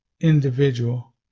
individual